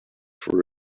for